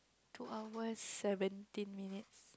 two hours seventeen minutes